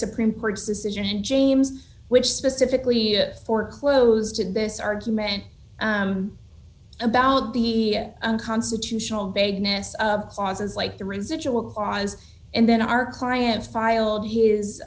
supreme court's decision and james which specifically it for close to best argument about the unconstitutional vagueness of clauses like the residual clause and then our client filed his